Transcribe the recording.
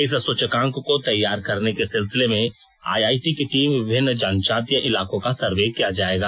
इस सूचकांक को तैयार करने के सिलसिले में आईआईटी की टीम विभिन्न जनजातीय इलाकों का सर्वे किया जाएगा